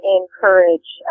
encourage